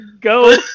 Go